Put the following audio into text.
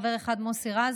חבר אחד: מוסי רז,